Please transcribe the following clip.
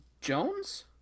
Jones